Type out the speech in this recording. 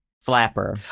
Flapper